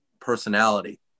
personality